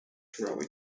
throughout